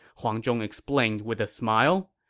huang zhong explained with a smile.